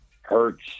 Hurts